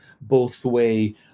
both-way